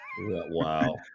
Wow